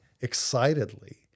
excitedly